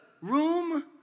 room